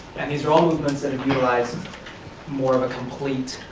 and these are all movements that have utilized more of a complete